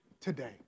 today